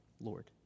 Lord